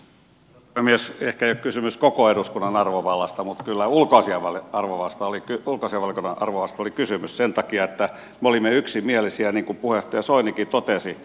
ehkä ei ole kysymys koko eduskunnan arvovallasta mutta kyllä ulkoisia valittaa luvasta liittyy ulkoisen voiton ulkoasiainvaliokunnan arvovallasta oli kysymys sen takia että me olimme yksimielisiä niin kuin puheenjohtaja soinikin totesi